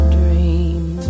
dream